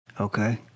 Okay